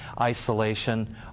isolation